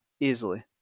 Easily